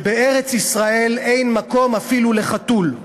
שבארץ-ישראל אין מקום אפילו לחתול.